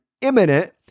imminent